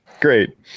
great